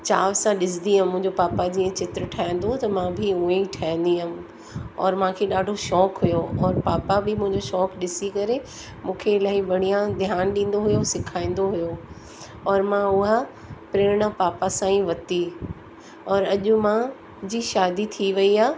चाव सां ॾिसदी हुअमि मुंहिंजो पापा जीअं चित्र ठाहींदो हुओ त मां बि ऊअं ई ठाहींदी हुअमि औरि मूंखे ॾाढो शौक़ु हुओ मां पापा बि शौक़ ॾिसी करे मूंखे इलाही बढ़िया ध्यान ॾींदो हुओ सेखारींदो हुओ औरि मां उहा प्रेरणा पापा सां ई वरती औरि अॼ मां जी शादी थी वई आहे